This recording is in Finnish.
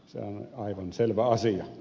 sehän on aivan selvä asia